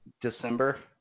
December